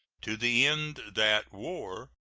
to the end that war,